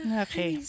Okay